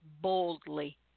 boldly